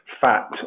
fat